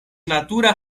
natura